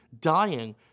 dying